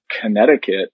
connecticut